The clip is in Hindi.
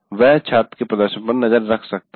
वह छात्रों के प्रदर्शन पर नज़र रख सकता है